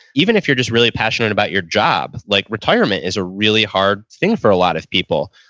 even if you're just really passionate about your job, like retirement is a really hard thing for a lot of people.